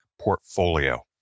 portfolio